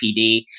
PD